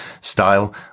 style